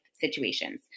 situations